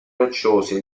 rocciose